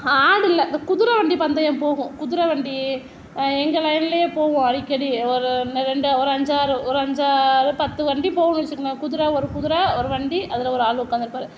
ஆடு இல்லை இந்த குதிர வண்டி பந்தயம் போகும் குதிர வண்டி எங்கள் லைன்லேயே போகும் அடிக்கடி ஒரு ரெண்டு ஒரு அஞ்சாறு ஒரு அஞ்சு ஒரு பத்து வண்டி போகும் வச்சுக்கோங்க குதிர ஒரு குதிர ஒரு வண்டி அதில் ஒரு ஆள் உக்காந்து இருப்பார்